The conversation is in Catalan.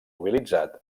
mobilitzat